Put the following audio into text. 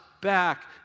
back